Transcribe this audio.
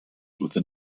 within